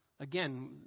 Again